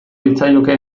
litzaioke